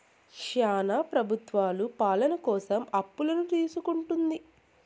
శ్యానా ప్రభుత్వాలు పాలన కోసం అప్పులను తీసుకుంటుంది